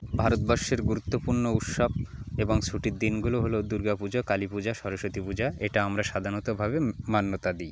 ভারতবাসীর গুরুত্বপূর্ণ উৎসব এবং ছুটির দিনগুলো হলো দূর্গা পূজা কালী পূজা সরস্বতী পূজা এটা আমরা সাধরণতভাবে মান্যতা দিই